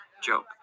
Joke